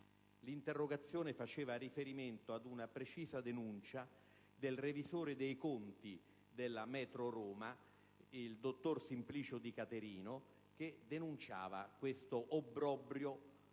L'interrogazione faceva riferimento ad una precisa denuncia del revisore dei conti della Metro Roma, il dottor Simplicio Di Caterino, che denunciava questo obbrobrio e